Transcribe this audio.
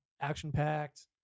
action-packed